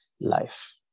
life